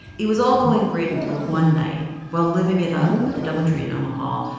it was all going great until one night, while living it up at the doubletree in omaha,